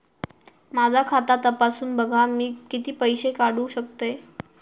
माझा खाता तपासून बघा मी किती पैशे काढू शकतय?